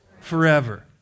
forever